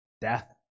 death